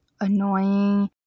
annoying